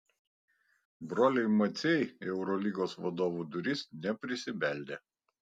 broliai maciai į eurolygos vadovų duris neprisibeldė